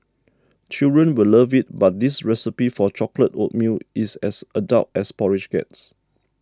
children will love it but this recipe for chocolate oatmeal is as adult as porridge gets